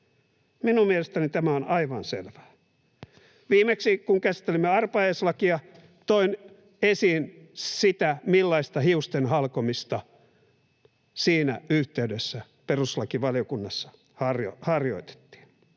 Minun mielestäni tämä on aivan selvää. Viimeksi, kun käsittelimme arpajaislakia, toin esiin sitä, millaista hiusten halkomista siinä yhteydessä perustuslakivaliokunnassa harjoitettiin.